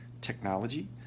technology